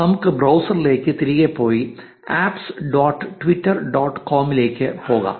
നമുക്ക് ബ്രൌസറിലേക്ക് തിരികെ പോയി ആപ്പ്സ് ഡോട്ട് ട്വിറ്റർ ഡോട്ട് കോമിലേക്ക് പോകാം